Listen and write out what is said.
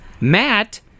Matt